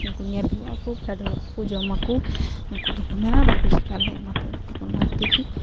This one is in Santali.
ᱩᱱᱠᱩ ᱧᱮᱞ ᱦᱮᱣᱟᱜᱼᱟᱠᱚ ᱯᱷᱮᱰ ᱦᱮᱣᱟᱼᱟᱠᱚ ᱡᱚᱢᱟᱠᱚ ᱩᱱᱠᱩ ᱫᱚᱠᱚ ᱢᱮᱱᱟ ᱵᱟᱠᱚ ᱪᱮᱠᱟᱹᱞᱮᱭᱟ ᱚᱱᱟᱛᱮ ᱩᱱᱠᱩᱫᱚ ᱚᱱᱟ ᱠᱷᱟᱹᱛᱤᱨᱛᱮ